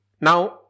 Now